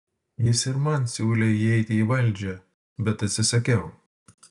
jis ir man siūlė įeiti į valdžią bet atsisakiau